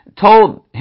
told